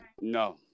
No